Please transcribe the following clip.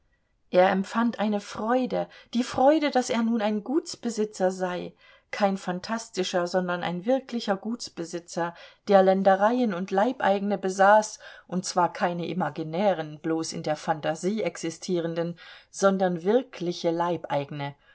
er empfand eine freude die freude daß er nun ein gutsbesitzer sei kein phantastischer sondern ein wirklicher gutsbesitzer der ländereien und leibeigene besaß und zwar keine imaginären bloß in der phantasie existierenden sondern wirkliche leibeigene